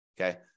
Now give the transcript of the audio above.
okay